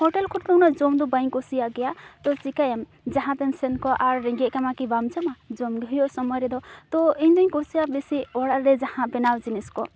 hotel ᱠᱚᱨᱮ ᱩᱱᱟᱹᱜ ᱡᱚᱢᱫᱚ ᱵᱟᱹᱧ ᱠᱩᱥᱤᱭᱟᱜ ᱜᱮᱭᱟ ᱛᱚ ᱪᱤᱠᱟᱭᱟᱢ ᱡᱟᱦᱟᱸᱛᱮᱢ ᱥᱚᱱᱠᱚᱜ ᱟᱨ ᱨᱮᱸᱜᱮᱡ ᱠᱟᱢᱟ ᱠᱤ ᱵᱟᱢ ᱡᱚᱢᱟ ᱡᱚᱢᱜᱮ ᱦᱩᱭᱩᱜᱼᱟ ᱥᱚᱢᱚᱭ ᱨᱮᱫᱚ ᱛᱚ ᱤᱧᱫᱚᱧ ᱠᱩᱥᱤᱼᱟ ᱵᱮᱥᱤ ᱚᱲᱟᱜᱨᱮ ᱡᱟᱦᱟᱸ ᱵᱮᱱᱟᱣ ᱡᱤᱱᱤᱥᱠᱚ